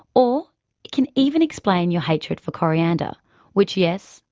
or it can even explain your hatred for coriander which, yes,